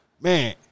man